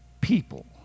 people